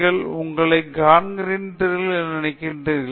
நீங்களே உங்களைக் காண்கிறீர்கள் என நினைக்கிறீர்களா